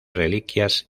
reliquias